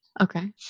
Okay